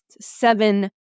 seven